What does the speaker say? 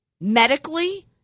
medically